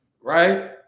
right